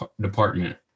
department